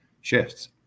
shifts